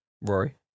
Rory